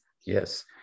Yes